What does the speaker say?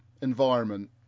environment